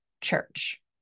Church